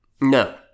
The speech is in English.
No